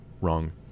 wrong